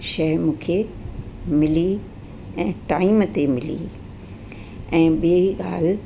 शइ मूंखे मिली ऐं टाइम ते मिली ऐं ॿीं ॻाल्हि